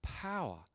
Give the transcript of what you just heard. power